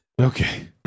Okay